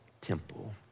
temple